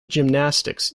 gymnastics